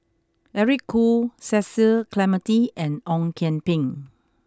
Eric Khoo Cecil Clementi and Ong Kian Peng